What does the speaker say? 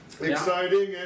Exciting